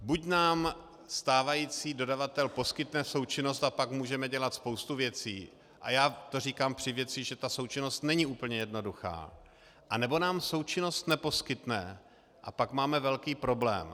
Buď nám stávající dodavatel poskytne součinnost a pak můžeme dělat spoustu věcí, a já to říkám při věci, že ta součinnost není úplně jednoduchá, anebo nám součinnost neposkytne a pak máme velký problém.